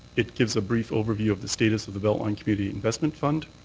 it gives a brief overview of the status of the beltline community investment fund.